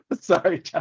sorry